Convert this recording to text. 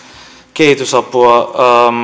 kehitysapua